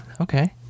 okay